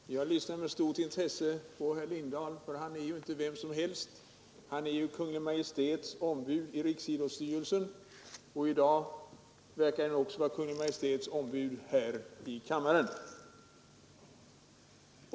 Fru talman! Jag lyssnade med stort intresse till herr Lindahl. Han är som bekant inte vem som helst. Han är Kungl. Maj:ts ombud i riksidrottsstyrelsen. I dag verkade han också vara Kungl. Maj:ts ombud här i kammaren.